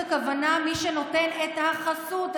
הכוונה מי שנותן את ה"חסות",